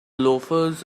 loafers